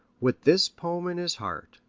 with this poem in his heart,